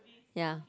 ya